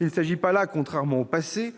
Il ne s'agit pas là, contrairement à ce